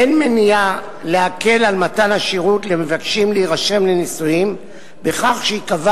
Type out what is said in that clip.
אין מניעה להקל על מתן השירות למבקשים להירשם לנישואים בכך שייקבע